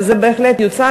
וזה בהחלט יוצג.